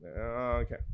Okay